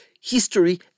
history